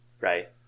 Right